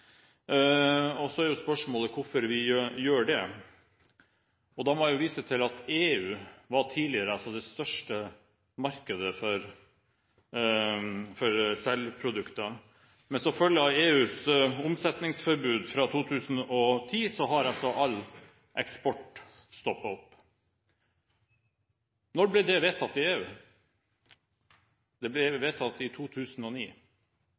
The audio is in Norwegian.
selfangst. Så er jo spørsmålet hvorfor vi gjør det. Da må jeg vise til at EU var tidligere det største markedet for selprodukter, men som følge av EUs omsetningsforbud fra 2010 har altså all eksport stoppet opp. Når ble det vedtatt i EU? Det ble vedtatt i 2009.